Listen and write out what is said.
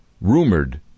rumored